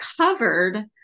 covered